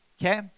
okay